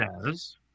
says